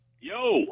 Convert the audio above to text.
Yo